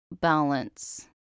balance